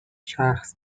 شخص